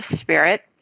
spirit